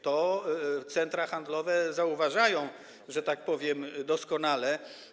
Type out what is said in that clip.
To centra handlowe zauważają, że tak powiem, doskonale.